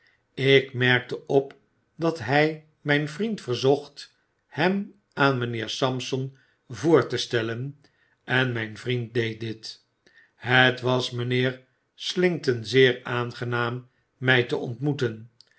ik merkte op dat hrj mfln vriend verzocht hem aan mynheer sampson voor te stellen en myn vriendjieed dit het was mijnheer slinkton zeer aangehaam mij te ontraoeten